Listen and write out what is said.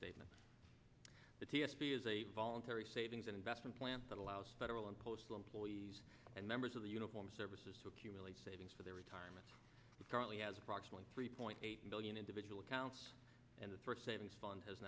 statement the t s p is a voluntary savings and investment plan that allows federal and postal employees and members of the uniformed services to accumulate savings for their retirement currently has approximately three point eight billion individual accounts and the first savings fund has